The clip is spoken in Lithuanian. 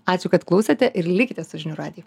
ačiū kad klausėte ir likite su žinių radiju